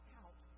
out